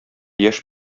яшь